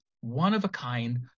one-of-a-kind